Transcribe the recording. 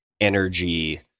energy